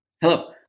Hello